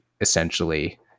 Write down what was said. essentially